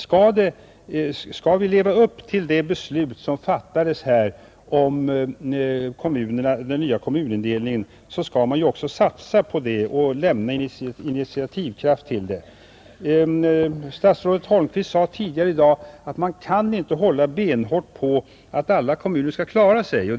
Skall vi leva upp till det beslut som fattades om den nya kommunindelningen, så skall vi också satsa på det och lämna initiativkraft till kommunerna. Statsrådet Holmqvist sade tidigare i dag att man inte kan hålla benhårt på att alla kommuner skall klara sig.